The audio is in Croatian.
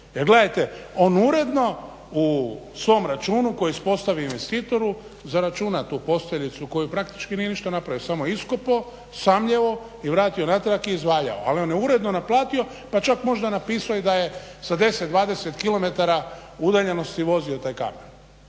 Jer gledajte on uredno u svom računu koji ispostavi investitoru zaračuna tu posteljicu koju praktički nije ništa napravio, samo je iskopao, samljeo i vratio natrag i izvaljao. Ali on je uredno naplatio pa čak možda napisao i da je sa 10, 20 km udaljenosti vozio taj kamen.